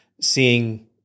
seeing